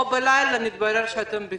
או בלילה מתברר שאתם בחירום.